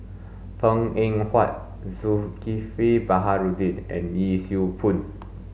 Png Eng Huat Zulkifli Baharudin and Yee Siew Pun